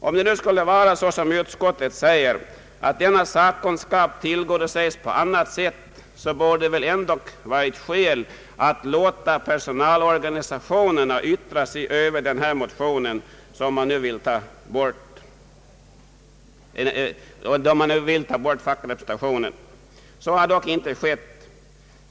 Om det nu skulle vara som utskottet säger att denna sakkunskap tillgodoses på annat sätt, så borde det väl ändock ha varit skäl att låta personalorganisationerna yttra sig över förslaget att ta bort fackrepresentationen. Så har dock inte skett.